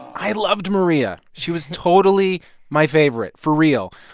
i loved maria. she was totally my favorite, for real.